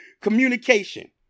Communication